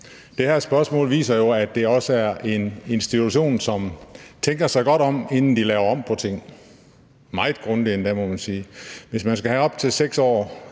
Det her spørgsmål viser jo, at det også er en institution, som tænker sig godt om, inden de laver om på tingene – meget grundigt endda, må man sige. Hvis man skal have op til 6 år